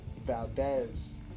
Valdez